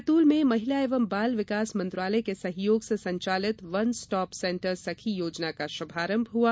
बैतूल में महिला एवं बाल विकास मंत्रालय के सहयोग से संचालित वन स्टॉप सेंटर सखी योजना का शुभारंभ हुआ